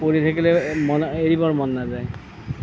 পঢ়ি থাকিলে মানে এই এৰিবৰ মন নাযায়